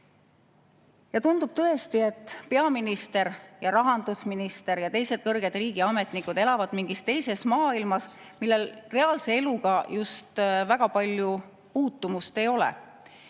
Tundub tõesti, et peaminister, rahandusminister ja teised kõrged riigiametnikud elavad mingis teises maailmas, millel reaalse eluga just väga palju puutumust ei ole.